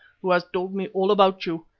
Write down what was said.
who has told me all about you,